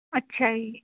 ਅੱਛਾ ਜੀ